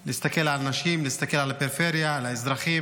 להסתכל על אנשים, להסתכל על הפריפריה, על האזרחים.